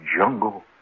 jungle